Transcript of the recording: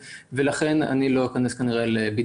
ולכן אני גם לא איכנס לבידוד